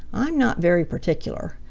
i'm not very particular.